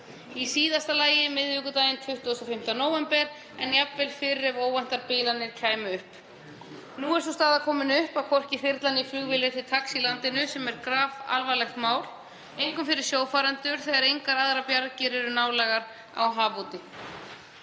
í síðasta lagi miðvikudaginn 25. nóvember, en jafnvel fyrr ef óvæntar bilanir kæmu upp. Nú er sú staða komin upp að hvorki þyrlan né flugvél er til taks í landinu, sem er grafalvarlegt mál, einkum fyrir sjófarendur þegar engar aðrar bjargir eru nálægar á hafi úti.